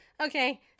Okay